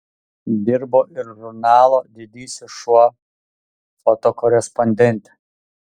dirbo ir žurnalo didysis šuo fotokorespondente